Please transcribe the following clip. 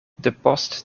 depost